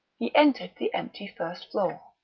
he entered the empty first floor.